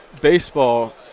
baseball